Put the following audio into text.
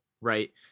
right